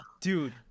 Dude